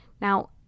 Now